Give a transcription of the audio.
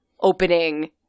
opening